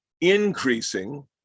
increasing